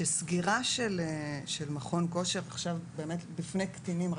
שסגירה של מכון כושר עכשיו באמת בפני קטינים,